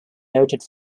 noted